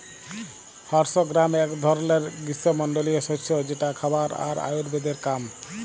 horse gram এক ধরলের গ্রীস্মমন্ডলীয় শস্য যেটা খাবার আর আয়ুর্বেদের কাম